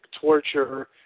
torture